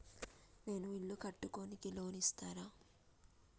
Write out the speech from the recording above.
నేను ఇల్లు కట్టుకోనికి లోన్ ఇస్తరా?